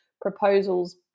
proposals